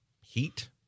heat